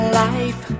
life